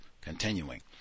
continuing